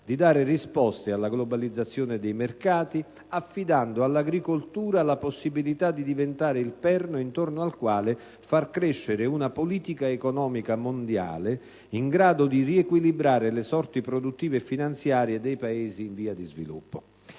di dare risposte alla globalizzazione dei mercati, affidando all'agricoltura la possibilità di diventare il perno intorno al quale far crescere una politica economica mondiale, in grado di riequilibrare le sorti produttive e finanziarie dei Paesi in via di sviluppo.